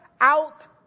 out